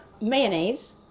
mayonnaise